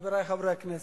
חברי חברי הכנסת,